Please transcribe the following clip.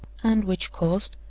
and which caused,